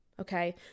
Okay